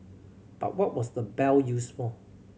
but what was the bell used for